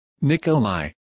Nikolai